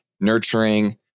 nurturing